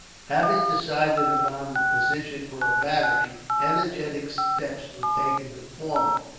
having decided upon the position for a battery, energetic steps were taken to form it.